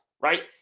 right